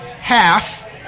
half